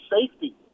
safety